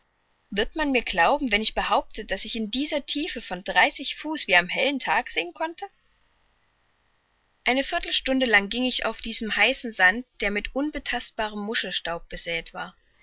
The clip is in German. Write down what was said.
wird man mir glauben wenn ich behaupte daß ich in dieser tiefe von dreißig fuß wie am hellen tag sehen konnte eine viertelstunde lang ging ich auf diesem heißen sand der mit unbetastbarem muschelstaub besäet war